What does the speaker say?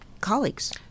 colleagues